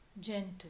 gentle